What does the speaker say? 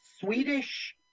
Swedish